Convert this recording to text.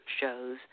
shows